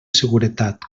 seguretat